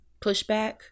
pushback